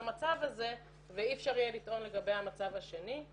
המצב הזה ואי אפשר יהיה לטעון לגבי המצב השני.